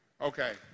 Okay